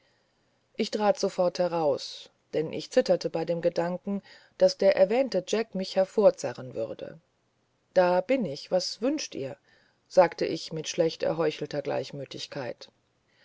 ich trat sofort heraus denn ich zitterte bei dem gedanken daß der erwähnte jack mich hervorzerren würde da bin ich was wünscht ihr fragte ich mit schlecht erheuchelter gleichgiltigkeit